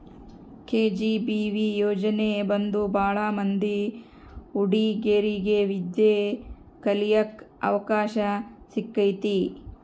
KGBV ಯೋಜನೆ ಬಂದು ಭಾಳ ಮಂದಿ ಹುಡಿಗೇರಿಗೆ ವಿದ್ಯಾ ಕಳಿಯಕ್ ಅವಕಾಶ ಸಿಕ್ಕೈತಿ